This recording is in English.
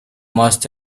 must